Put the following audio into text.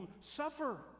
suffer